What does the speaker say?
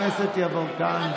לא הצלחת להשיג את הסכום,